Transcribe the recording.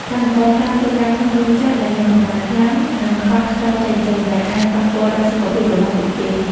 កម្មករខ្លះធ្វើការក្នុងរោងចក្រដែលមានកំដៅខ្លាំង និងខ្វះខ្យល់ចេញចូល ដែលអាចប៉ះពាល់ដល់ សុខភាព របស់ពួកគេ។